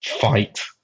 fight